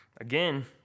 again